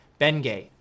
Bengay